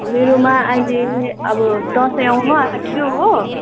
मेरोमा अहिले अब दसैँ आउनु आँट्यो हो